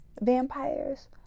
vampires